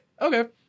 Okay